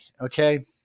Okay